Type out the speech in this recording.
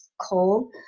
cold